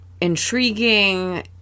intriguing